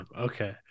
okay